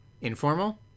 informal